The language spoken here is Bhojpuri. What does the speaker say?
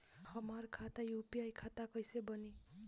हमार खाता यू.पी.आई खाता कईसे बनी?